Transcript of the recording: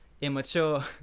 immature